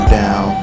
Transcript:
down